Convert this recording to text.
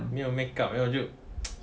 没有 make up then 我就